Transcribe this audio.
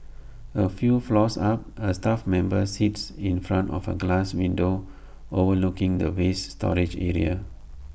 A few floors up A staff member sits in front of A glass window overlooking the waste storage area